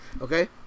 okay